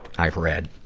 i've read.